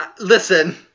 Listen